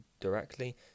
directly